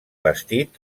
bastit